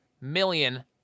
million